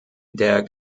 der